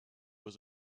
was